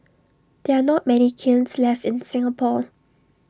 there are not many kilns left in Singapore